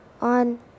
on